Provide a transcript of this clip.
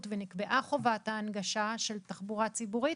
ונקבעה חובת ההנגשה של תחבורה ציבורית,